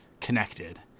connected